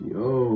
yo